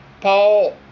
Paul